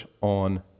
on